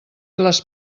les